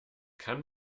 kann